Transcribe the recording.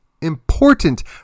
important